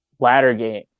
Laddergate